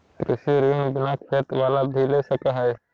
कृषि ऋण बिना खेत बाला भी ले सक है?